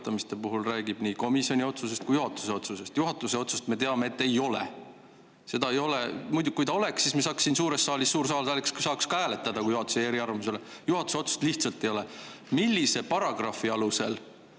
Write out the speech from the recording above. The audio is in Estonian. Juhatuse otsust lihtsalt ei ole. Millise paragrahvi alusel